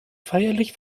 feierlich